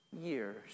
years